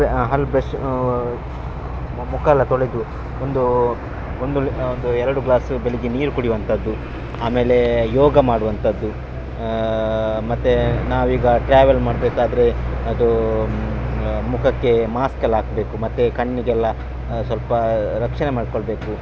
ಹಲ್ಲು ಬ್ರೆಶ್ ಮುಖ ಎಲ್ಲ ತೊಳೆದು ಒಂದು ಒಂದು ಒಂದು ಎರಡು ಗ್ಲಾಸ್ ಬೆಳಗ್ಗೆ ನೀರು ಕುಡಿಯುವಂಥದ್ದು ಆಮೇಲೆ ಯೋಗ ಮಾಡುವಂಥದ್ದು ಮತ್ತು ನಾವೀಗ ಟ್ರಾವೆಲ್ ಮಾಡ್ಬೇಕಾದರೆ ಅದು ಮುಖಕ್ಕೆ ಮಾಸ್ಕ್ ಎಲ್ಲ ಹಾಕ್ಬೇಕು ಮತ್ತು ಕಣ್ಣಿಗೆಲ್ಲ ಸೊಲ್ಪ ರಕ್ಷಣೆ ಮಾಡ್ಕೊಳ್ಬೇಕು